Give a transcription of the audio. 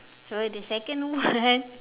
for the second one